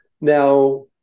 Now